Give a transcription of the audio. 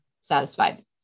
satisfied